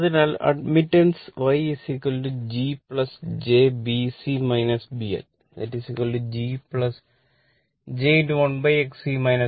അതിനാൽ അഡ്മിറ്റാൻസ്